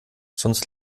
sonst